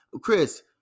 Chris